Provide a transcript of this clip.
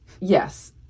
yes